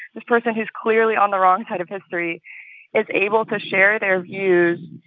this person who's clearly on the wrong side of history is able to share their views,